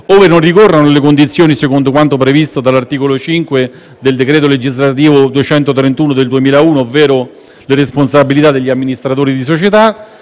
ove non ricorrano le condizioni secondo quanto previsto dall'articolo 5 del decreto legislativo n. 231 del 2001, ovvero le responsabilità degli amministratori di società.